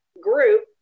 group